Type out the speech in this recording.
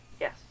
yes